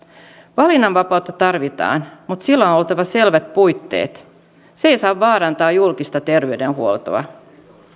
valinnanvapautta tarvitaan mutta sillä on oltava selvät puitteet se ei saa vaarantaa julkista terveydenhuoltoa